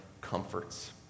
comforts